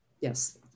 Yes